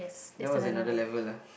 that was another level lah